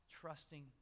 trusting